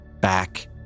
back